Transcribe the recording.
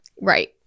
Right